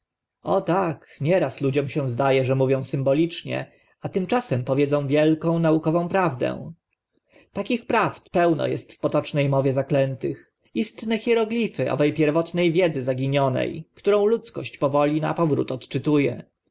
tak nieraz ludziom się zda e że mówią symbolicznie a tymczasem powiedzą wielką naukową prawdę takich prawd pełno est w potoczne mowie zaklętych istne hierogli owe pierwotne wiedzy zaginione którą ludzkość powoli na powrót odczytu